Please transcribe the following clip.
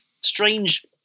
strange